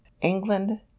england